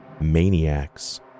maniacs